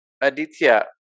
Aditya